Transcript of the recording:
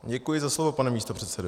Děkuji za slovo, pane místopředsedo.